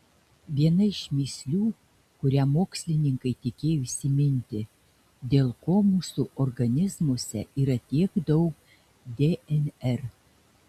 viena iš mįslių kurią mokslininkai tikėjosi įminti dėl ko mūsų organizmuose yra tiek daug dnr